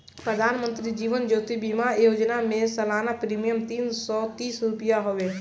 प्रधानमंत्री जीवन ज्योति बीमा योजना में सलाना प्रीमियम तीन सौ तीस रुपिया हवे